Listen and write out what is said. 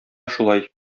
шулай